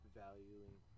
valuing